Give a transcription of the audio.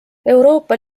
euroopa